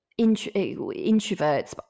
introverts